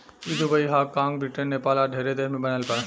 ई Dubai, Hong कॉग, Britain, Nepal आ ढेरे देश में बनल बा